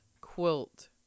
quilt